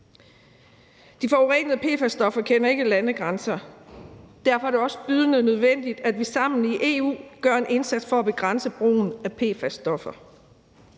De forurenende PFAS-stoffer kender ikke landegrænser. Derfor er det også bydende nødvendigt, at vi sammen i EU gør en indsats for at begrænse brugen af PFAS-stoffer.